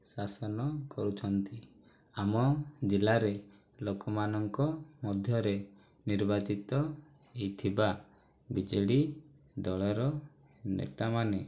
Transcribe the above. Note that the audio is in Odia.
ଶାସନ କରୁଛନ୍ତି ଆମ ଜିଲ୍ଲାରେ ଲୋକମାନଙ୍କ ମଧ୍ୟରେ ନିର୍ବାଚିତ ହୋଇଥିବା ବିଜେଡ଼ି ଦଳର ନେତାମାନେ